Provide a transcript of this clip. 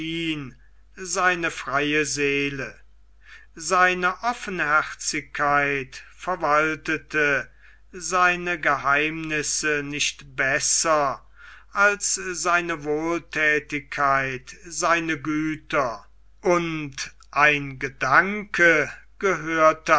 seine freie seele seine offenherzigkeit verwaltete seine geheimnisse nicht besser als seine wohltätigkeit seine güter und ein gedanke gehörte